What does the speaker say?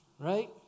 Right